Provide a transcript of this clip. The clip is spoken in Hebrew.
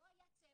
לא היה צוות,